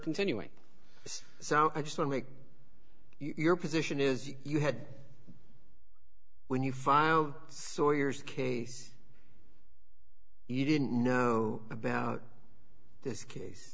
continuing this so i just want make your position is you had when you file sawyer's case you didn't know about this case